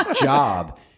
job